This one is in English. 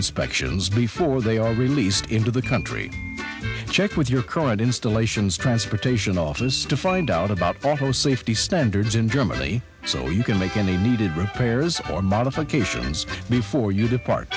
inspections before they are released into the country check with your current installations transportation office to find out about safety standards in germany so you can make any needed repairs or modifications before you